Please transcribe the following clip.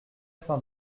fin